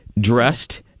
dressed